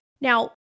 Now